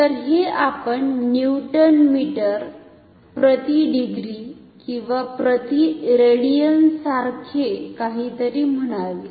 तर हे आपण न्यूटन मीटर प्रति डिग्री किंवा प्रति रेडियनसारखे काहीतरी म्हणावे